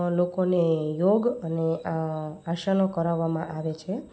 લોકોને યોગ અને આ આસનો કરાવામાં આવે છે